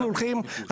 אנחנו הולכים,